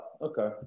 okay